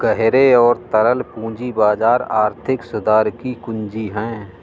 गहरे और तरल पूंजी बाजार आर्थिक सुधार की कुंजी हैं,